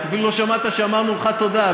אפילו לא שמעת שאמרנו לך תודה,